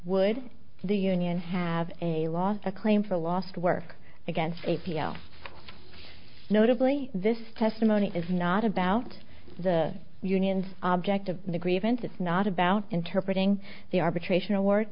would the union have a law a claim for lost work against a p l notably this testimony is not about the union's object of the grievance it's not about interpreting the arbitration award